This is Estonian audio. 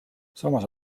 samas